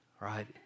right